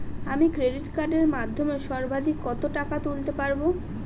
আমি ক্রেডিট কার্ডের মাধ্যমে সর্বাধিক কত টাকা তুলতে পারব?